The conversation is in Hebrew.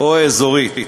או אזורית.